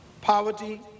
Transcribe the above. poverty